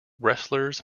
wrestlers